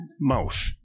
mouth